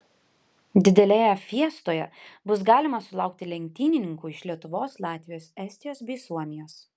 didelėje fiestoje bus galima sulaukti lenktynininkų iš lietuvos latvijos estijos bei suomijos